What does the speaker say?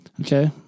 Okay